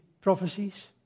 prophecies